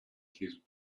his